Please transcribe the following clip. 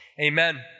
Amen